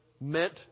meant